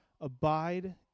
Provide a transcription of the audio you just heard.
Abide